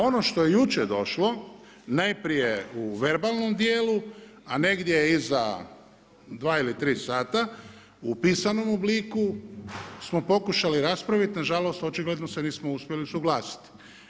Ono što je jučer došlo najprije u verbalnom dijelu, a negdje iza 2 ili 3 sata u pisanom obliku smo pokušali raspraviti na žalost očigledno se nismo uspjeli usuglasiti.